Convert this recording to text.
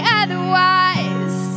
otherwise